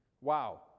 Wow